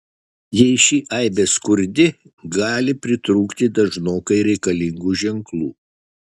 jei ši aibė skurdi gali pritrūkti dažnokai reikalingų ženklų